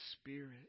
Spirit